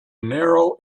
narrow